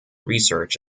research